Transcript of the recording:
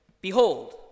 Behold